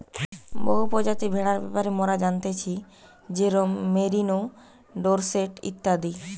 বহু প্রজাতির ভেড়ার ব্যাপারে মোরা জানতেছি যেরোম মেরিনো, ডোরসেট ইত্যাদি